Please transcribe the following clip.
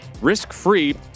risk-free